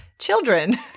children